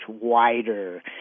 wider